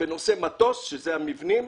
בנושא מתו"ס, שזה המבנים.